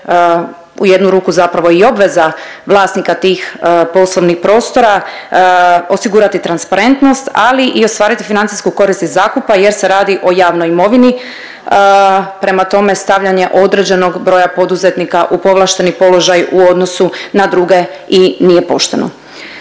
u jednu ruku zapravo i obveza vlasnika tih poslovnih prostora osigurati transparentnost, ali i ostvariti financijsku korist iz zakupa jer se radi o javnoj imovini. Prema tome, stavljanje određenog broja poduzetnika u povlašteni položaj u odnosu na druge i nije pošteno.